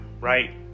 right